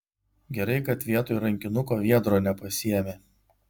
gerai kad vietoj rankinuko viedro nepasiėmė